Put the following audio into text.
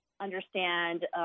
understand